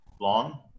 long